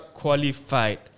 qualified